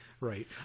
right